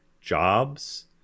jobs